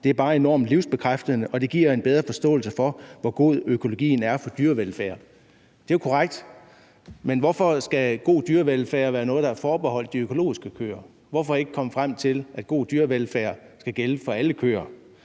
Det er bare enormt livsbekræftende, og det giver en bedre forståelse for, hvor god økologien er for dyrevelfærden. Det er jo korrekt, men hvorfor skal god dyrevelfærd være noget, der er forbeholdt de økologiske køer? Hvorfor ikke komme frem til, at god dyrevelfærd skal gælde for alle køer?